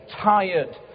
tired